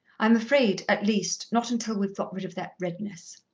i'm afraid at least, not until we've got rid of that redness.